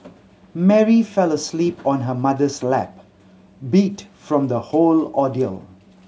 Mary fell asleep on her mother's lap beat from the whole ordeal